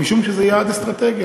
משום שזה יעד אסטרטגי.